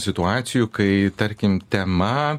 situacijų kai tarkim tema